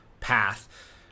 path